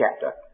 chapter